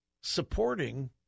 supporting